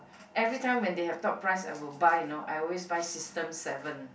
every time when they have top price I will buy you know I always buy system seven